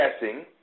guessing